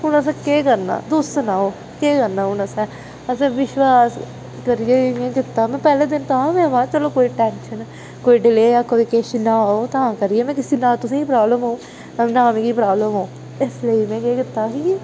हून असें केह् करना तुस सनाओ केह् करना हून असें मतलब विश्वास करियै इ'यां कीता में पैह्लें दिन तां में महां चलो कोई टैंशन कोई डिलेह् ऐ कोई किश ना ओह् तां करियै ना तुसेंगी प्राब्लम होग ना मिगी प्राब्लम होग इस लेई में केह् कीता कि